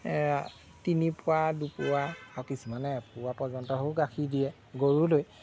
তিনিপোৱা দুপোৱা আৰু কিছুমানে এপোৱা পৰ্যন্তও গাখীৰ দিয়ে গৰু লৈ